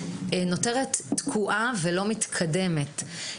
נותרת תקועה ולא מתקדמת.